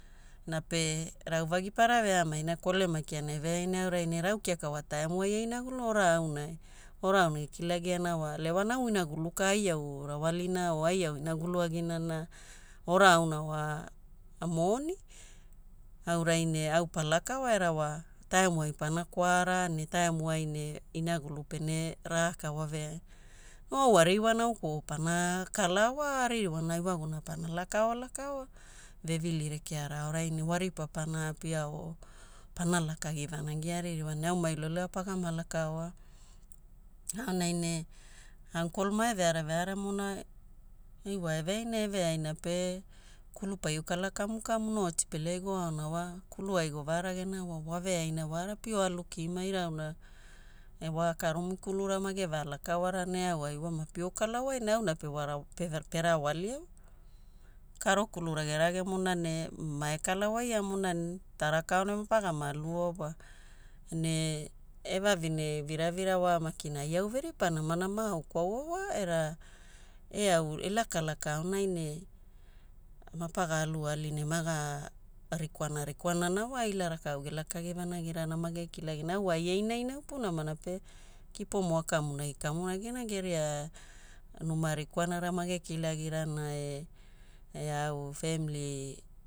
Na pe rauvagi para veamai na kolema kiana eveaina aurai ne era au kiaka wa taimuai ainaguluna, ora aunai. Ora auna ekilagiana wa lewana au inagulu ka ai au rawalina o ai au inagulu agina na ora auna wa moni. Aurai ne au palaka wa era wa taimu ai pana kwara ne taimuai ne inagulu pene raka wa veaina. No au aririwana au kwaua pana kalaa wa aririwana ewaguna pana lakaoa lakaoa vevili rekeara aorai ne wa ripa pana apia o pana lakagi vanagia aririwana ne aumai lualua pagama lakaoa. Aonai ne uncle mae veare veare mona, oi wa eveaina eveaina pe kulu paio kala kamukamu no otipele ai goaoana wa, kulu ai govaragena wa waveaina wara pio alu kima irauna ne wa karomi kulura mage valakaoarana eauai ne pio kala wai ne auna perawalia wa. Karo kulura geragemona ne mae kalawaia mona ne taraka aonai mapagama aluoa wa. Ne evavine viravira wa makina ai au veripa namanama au kwaua wa era eau elakalaka aonai ne mapaga aluali ne maga rikwana rikwanana wa ila rakau gelakagi vanagirana mage kilagirana na au wa ai ainaina upunamana pe kipomo akamonagi kamonagina geria numa rikwanara mage kilagirana e eau family